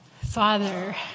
Father